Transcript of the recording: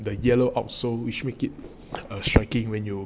the yellow outsole which make it a striking when you